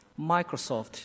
Microsoft